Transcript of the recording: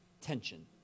tension